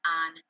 on